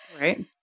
Right